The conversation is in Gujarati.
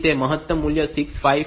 તેથી તે મહત્તમ મૂલ્ય 65535 છે